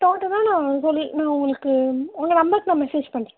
டோட்டலாக நான் சொல்லி நான் உங்களுக்கு உங்கள் நம்பருக்கு நான் மெசேஜ் பண்ணுறேன்